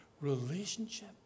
relationship